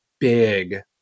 big